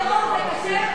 טרור זה כשר?